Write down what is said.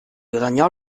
guadagnò